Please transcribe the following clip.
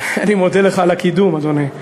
אני מודה לך על הקידום, אדוני.